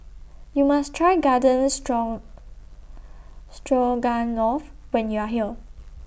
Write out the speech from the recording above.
YOU must Try Garden strong Stroganoff when YOU Are here